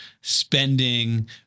spending